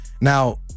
Now